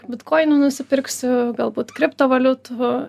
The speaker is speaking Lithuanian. bitkoinų nusipirksiu galbūt kriptovaliutų